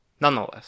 nonetheless